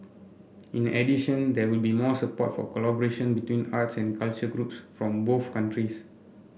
in addition there will be more support for collaboration between arts and culture groups from both countries